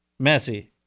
Messi